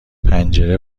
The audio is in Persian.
پنجره